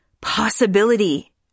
possibility